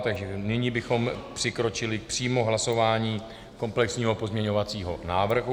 Takže nyní bychom přikročili přímo k hlasování komplexního pozměňovacího návrhu.